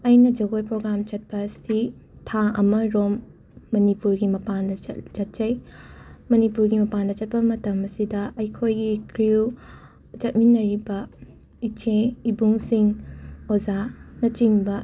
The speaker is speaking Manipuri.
ꯑꯩꯅ ꯖꯒꯣꯏ ꯄ꯭ꯔꯣꯒꯥꯝ ꯆꯠꯄ ꯑꯁꯤ ꯊꯥ ꯑꯃꯔꯣꯝ ꯃꯅꯤꯄꯨꯔꯒꯤ ꯃꯄꯥꯟꯗ ꯆꯠ ꯆꯠꯆꯩ ꯃꯅꯤꯄꯨꯔꯒꯤ ꯃꯄꯥꯟꯗ ꯆꯠꯄ ꯃꯇꯝ ꯑꯁꯤꯗ ꯑꯩꯈꯣꯏꯒꯤ ꯀ꯭ꯔ꯭ꯌꯨ ꯆꯠꯃꯤꯟꯅꯔꯤꯕ ꯏꯆꯦ ꯏꯕꯨꯡꯁꯤꯡ ꯑꯣꯖꯥꯅꯆꯤꯡꯕ